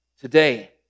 Today